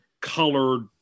colored